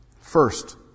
First